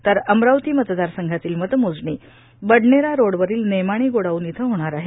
तर अमरावती मतदारसंघातील मतमोजणी बडनेरा रोडवरील नेमाणी गोडाऊन इथं होणार आहे